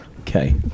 Okay